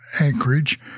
Anchorage